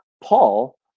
Paul